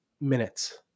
minutes